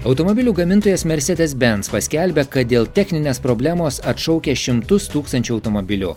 automobilių gamintojas mercedes benz paskelbė kad dėl techninės problemos atšaukia šimtus tūkstančių automobilių